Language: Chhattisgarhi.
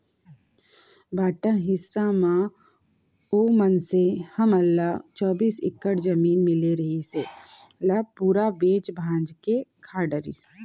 बांटा हिस्सा म ओ मनसे ल चौबीस एकड़ जमीन मिले रिहिस, ल पूरा बेंच भांज के खा डरिस